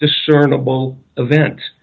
discernible event